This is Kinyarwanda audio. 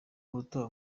ubutaha